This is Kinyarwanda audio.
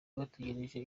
bategereje